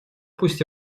пусть